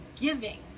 giving